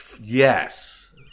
yes